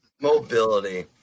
Mobility